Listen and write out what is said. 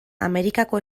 amerikako